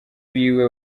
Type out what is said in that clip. biwe